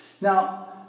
Now